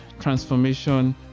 transformation